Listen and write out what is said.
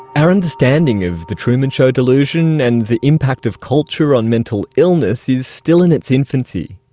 our understanding of the truman show delusion, and the impact of culture on mental illness is still in its infancy.